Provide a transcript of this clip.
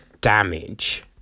damage